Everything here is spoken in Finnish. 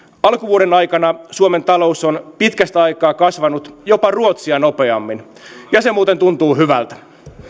alkuvuoden aikana suomen talous on pitkästä aikaa kasvanut jopa ruotsia nopeammin ja se muuten tuntuu hyvältä